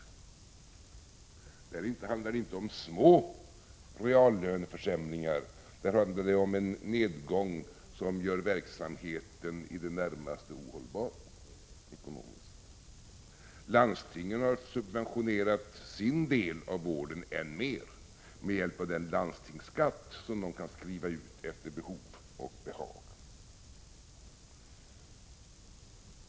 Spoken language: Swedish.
I deras fall handlar det inte om små reallöneförsämringar utan om en nedgång som gör verksamheten i det närmaste ekonomiskt ohållbar. Landstingen har subventionerat sin del av vården än mer med hjälp av den landstingsskatt som de kan ta ut efter behov och behag.